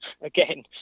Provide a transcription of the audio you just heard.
again